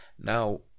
Now